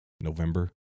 November